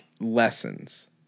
lessons